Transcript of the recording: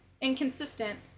inconsistent